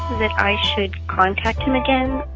that i should contact him again?